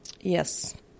yes